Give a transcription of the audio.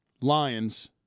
Lions